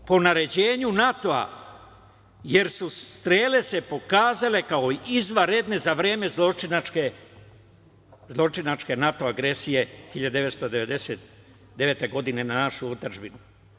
Po naređenju NATO-a, jer su se strele pokazale kao izvanredne za vreme zločinačke NATO agresije 1999. godine na našu otadžbinu.